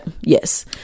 Yes